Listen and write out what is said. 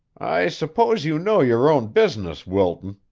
i suppose you know your own business, wilton,